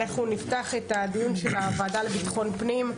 אנחנו נפתח את הדיון של הוועדה לביטחון פנים.